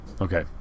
okay